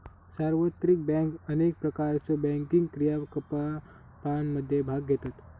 सार्वत्रिक बँक अनेक प्रकारच्यो बँकिंग क्रियाकलापांमध्ये भाग घेतत